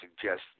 suggest